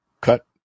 Cut